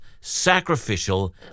sacrificial